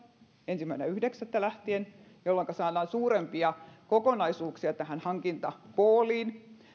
ensimmäinen yhdeksättä lähtien jolloinka saadaan suurempia kokonaisuuksia tähän hankintapooliin